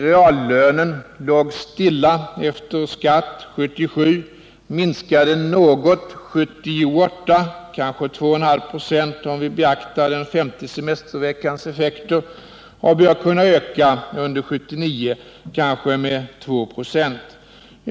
Reallönen efter skatt låg stilla 1977, minskade något 1978 — kanske 2,5 96, om vi beaktar den femte semesterveckans effekter — och bör kunna öka under 1979, kanske med 2 96.